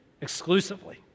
exclusively